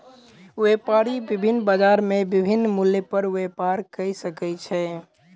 व्यापारी विभिन्न बजार में विभिन्न मूल्य पर व्यापार कय सकै छै